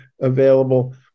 available